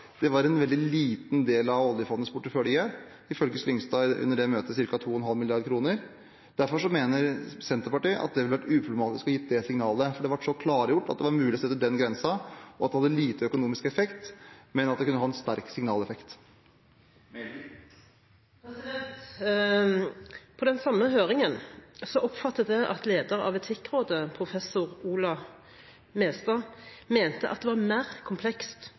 Det var en liten del av Oljefondets portefølje – ifølge det Slyngstad sa på møtet ca. 2,5 mrd. kr. Derfor mener Senterpartiet at det ville vært uproblematisk å gi det signalet, for det ble så klargjort at det var mulig å sette den grensen. Det hadde lite økonomisk effekt, men det kunne ha en sterk signaleffekt. I den samme høringen oppfattet jeg at lederen av Etikkrådet, professor Ola Mestad, mente at det var mer komplekst